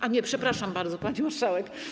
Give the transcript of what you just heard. A nie, przepraszam bardzo, pani marszałek.